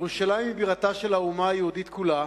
ירושלים היא בירתה של האומה היהודית כולה